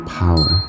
power